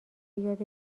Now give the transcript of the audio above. یاد